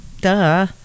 Duh